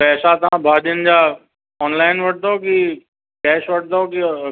पैसा तव्हां भाॼियुनि जा ऑनलाइन वठंदव की कैश वठंदव की